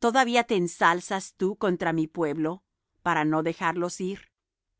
todavía te ensalzas tú contra mi pueblo para no dejarlos ir